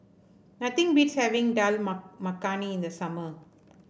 nothing beats having Dal Ma Makhani in the summer